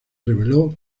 reveló